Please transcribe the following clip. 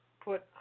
put